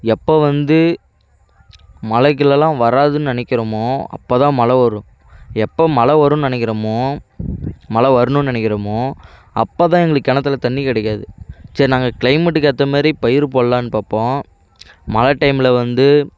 எப்போ வந்து மழைகிழலாம் வராதுன்னு நினைக்கிறோமோ அப்போதான் மழை வரும் எப்போ ம வருன்னு நினைக்கிறோமோ மழை வரணும்னு நினைக்கிறோமோ அப்போதான் எங்களுக்கு கிணத்துல தண்ணி கிடைக்காது சரி நாங்கள் கிளைமேட்டுக்கு ஏற்ற மாதிரி பயிறு போடலான்னு பார்ப்போம் மழை டைமில் வந்து